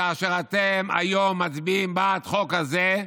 כאשר אתם היום מצביעים בעד החוק הזה,